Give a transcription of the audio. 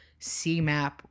CMAP